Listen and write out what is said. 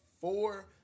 four